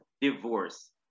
divorce